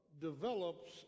develops